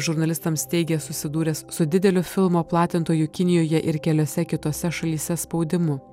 žurnalistams teigė susidūręs su dideliu filmo platintojų kinijoje ir keliose kitose šalyse spaudimu